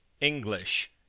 English